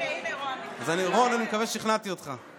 אז רון, אני מקווה ששכנעתי אותך.